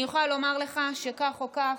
אני יכולה לומר לך שכך או כך,